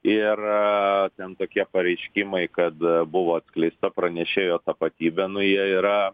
ir ten tokie pareiškimai kad buvo atskleista pranešėjo tapatybė nu jie yra